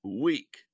week